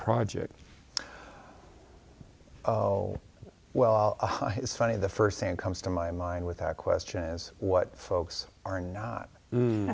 project oh well it's funny the first thing comes to my mind with a question is what folks are not